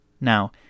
Now